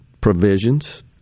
provisions